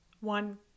one